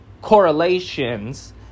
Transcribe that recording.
correlations